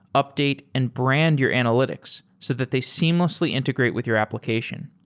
update and brand your analytics so that they seamlessly integrate with your application.